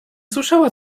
słyszała